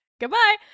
Goodbye